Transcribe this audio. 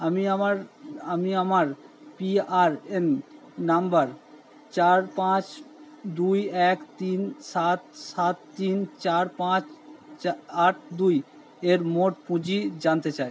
আমি আমার আমি আমার পিআরএন নম্বর চার পাঁচ দুই এক তিন সাত সাত তিন চার পাঁচ চা আট দুই এর মোট পুঁজি জানতে চাই